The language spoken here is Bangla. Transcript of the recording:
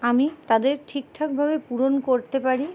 আমি তাদের ঠিক ঠাকভাবে পূরণ করতে পারি